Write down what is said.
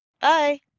Bye